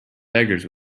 beggars